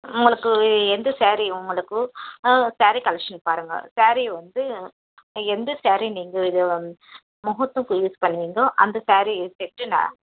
உங்களுக்கு எந்த ஸேரி உங்களுக்கு ஸேரி கலெக்ஷன் பாருங்கள் ஸேரி வந்து எந்த ஸேரி நீங்கள் இது வந் முகூர்த்தம்க்கு யூஸ் பண்ணுவீங்களோ அந்த ஸேரி செட்டு நான்